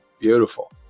Beautiful